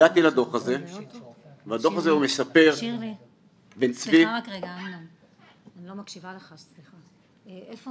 הגעתי לדוח הזה ובדוח הזה מספר בן צבי שהוא פתח מספר ארגזים כדי